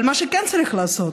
אבל מה שכן צריך לעשות,